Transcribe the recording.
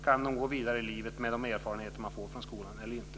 Kan de gå vidare i livet med de erfarenheter de får i skolan eller inte?